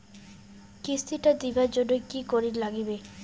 কিস্তি টা দিবার জন্যে কি করির লাগিবে?